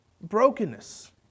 Brokenness